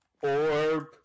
Orb